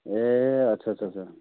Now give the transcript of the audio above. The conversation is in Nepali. ए अच्छा अच्छा अच्छा